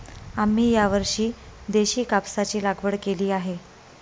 आम्ही यावर्षी देशी कापसाची लागवड केली आहे